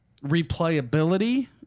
replayability